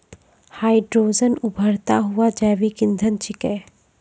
hydrogen उभरता हुआ जैविक इंधन छिकै